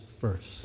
first